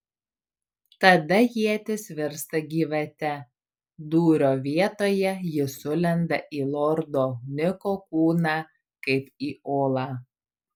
tada ietis virsta gyvate dūrio vietoje ji sulenda į lordo niko kūną kaip į olą